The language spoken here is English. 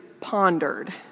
pondered